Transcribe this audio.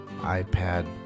iPad